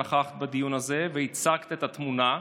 נכחת בדיון הזה והצגת את התמונה.